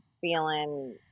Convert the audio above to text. feeling